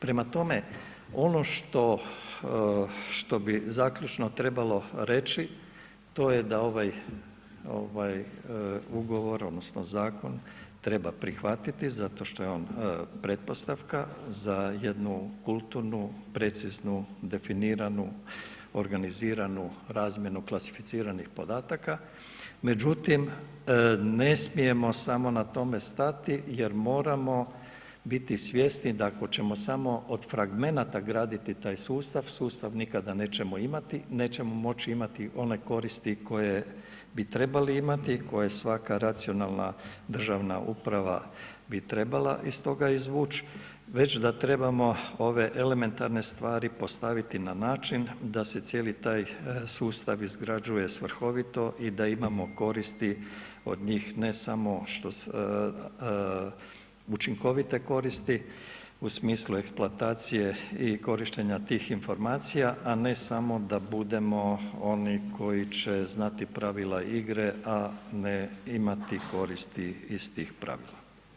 Prema tome, ono što bi zaključno trebalo reći, to je da ovaj ugovor odnosno zakon treba prihvatiti zato što je on pretpostavka za jednu kulturnu, preciznu, definiranu, organiziranu razmjenu klasificiranih podataka međutim ne smijemo samo na tome stati jer moramo biti svjesni da ako ćemo samo od fragmenata graditi taj sustav, sustav nikada nećemo imati, nećemo moći imati one koristi koje bi trebali imati, koje svaka racionalna državna uprava bi trebala iz toga izvuć, već da trebamo ove elementarne stvari postaviti na način da se cijeli taj sustav izgrađuje svrhovito i da imamo koristi od njih, ne samo, učinkovite koristi u smislu eksploatacije i korištenja tih informacija, a ne samo da budemo oni koji će znati pravila igre, a ne imati koristi iz tih pravila.